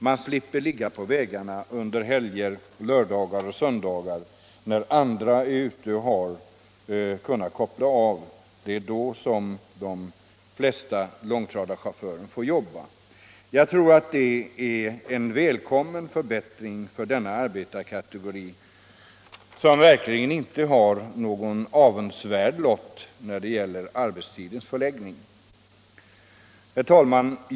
De slipper ligga på vägarna under lördagar och söndagar, när andra människor kan koppla av. Jag tror att det skulle vara en välkommen förbättring för denna yrkeskategori, som verkligen inte har en avundsvärd lott i vad gäller arbetstidens förläggning. Herr talman!